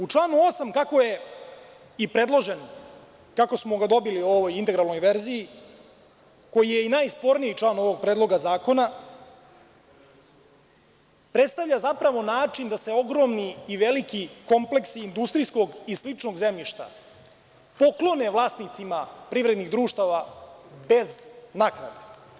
U članu 8, kako je i predloženo, kako smo ga dobili u ovoj integralnoj verziji, koji je i najsporniji član ovog predloga zakona, predstavlja se zapravo način da se ogromni i veliki kompleksi industrijskog i sličnog zemljišta poklone vlasnicima privrednih društava bez naknade.